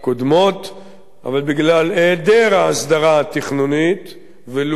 אבל בגלל היעדר ההסדרה התכנונית ולו גם בדיעבד,